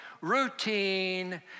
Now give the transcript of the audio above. routine